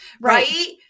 Right